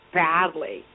badly